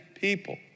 people